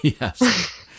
Yes